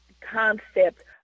concept